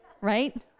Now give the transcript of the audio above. right